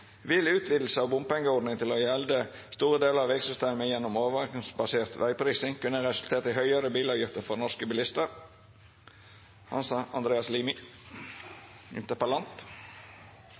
Vil utvidelse av bompengeordningen til å gjelde store deler av veisystemet gjennom overvåkningsbasert veiprising resultere i høyere bilavgifter for norske bilister?